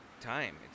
time